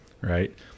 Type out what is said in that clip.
right